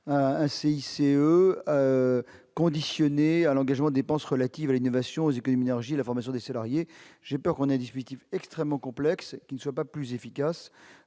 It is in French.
un CICE conditionnée à l'engagement dépenses relatives à l'innovation et du pays Minergie la formation des salariés, j'ai peur qu'on ait 18 Yves extrêmement complexe qui ne soit pas plus efficace